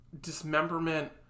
dismemberment